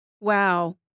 Wow